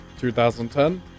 2010